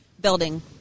building